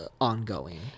ongoing